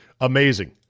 amazing